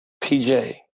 PJ